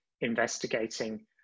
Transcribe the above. investigating